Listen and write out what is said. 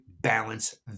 balance